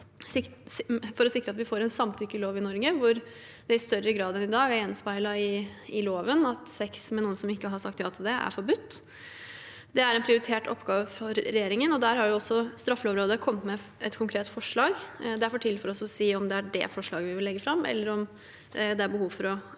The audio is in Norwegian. for å sikre at vi får en samtykkelov i Norge, hvor det i større grad enn i dag gjenspeiles i loven at sex med noen som ikke har sagt ja til det, er forbudt. Det er en prioritert oppgave for regjeringen, og der har også Straffelovrådet kommet med et konkret forslag. Det er for tidlig for oss å si om det er det forslaget vi vil legge fram, eller om det er behov for å komme med